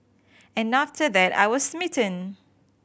and after that I was smitten